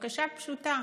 בבקשה פשוטה: